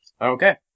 Okay